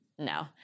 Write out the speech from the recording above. No